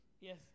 Yes